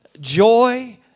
joy